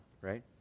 right